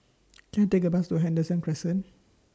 Can I Take A Bus to Henderson Crescent